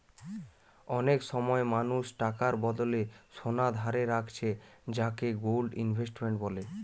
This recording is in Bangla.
অনেক সময় মানুষ টাকার বদলে সোনা ধারে রাখছে যাকে গোল্ড ইনভেস্টমেন্ট বলে